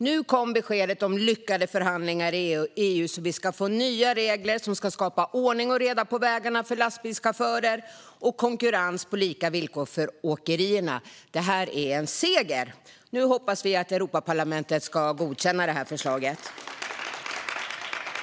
Nu kom beskedet om lyckade förhandlingar i EU - vi ska få nya regler som ska skapa ordning och reda på vägarna för lastbilschaufförer och konkurrens på lika villkor för åkerierna. Detta är en seger! Nu hoppas vi att Europaparlamentet ska godkänna förslaget.